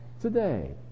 today